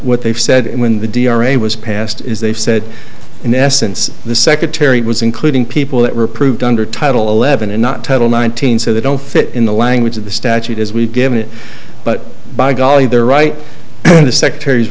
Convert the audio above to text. what they've said in the d r a was passed is they've said in essence the secretary was including people that were approved under title eleven and not title nineteen so they don't fit in the language of the statute as we give it but by golly they're right in the secretar